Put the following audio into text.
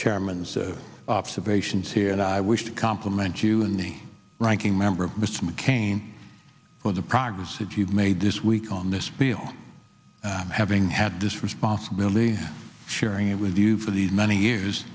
chairman so observations here that i wish to compliment you and me ranking member of mr mccain for the progress that you've made this week on this bill having had this responsibility sharing it with you for these many years